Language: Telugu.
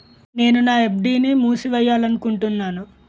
నేను నా ఎఫ్.డి ని మూసివేయాలనుకుంటున్నాను